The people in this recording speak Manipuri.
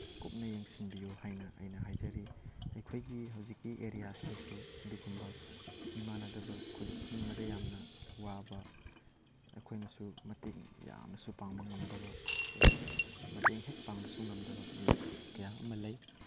ꯀꯨꯞꯅ ꯌꯦꯡꯁꯤꯟꯕꯤꯌꯨ ꯍꯥꯏꯅ ꯑꯩꯅ ꯍꯥꯏꯖꯔꯤ ꯑꯩꯈꯣꯏꯒꯤ ꯍꯧꯖꯤꯛꯀꯤ ꯑꯦꯔꯤꯌꯥꯁꯤꯗꯁꯨ ꯑꯗꯨꯒꯨꯝꯕ ꯃꯤꯃꯥꯟꯅꯗꯕ ꯍꯤꯡꯕꯗ ꯌꯥꯝꯅ ꯋꯥꯕ ꯑꯩꯈꯣꯏꯅꯁꯨ ꯃꯇꯦꯡ ꯌꯥꯝꯅꯁꯨ ꯄꯥꯡꯕ ꯉꯝꯗꯕ ꯍꯦꯛ ꯃꯇꯦꯡ ꯍꯦꯛ ꯄꯥꯡꯕꯁꯨ ꯉꯝꯗꯕ ꯃꯤ ꯀꯌꯥ ꯑꯃ ꯂꯩ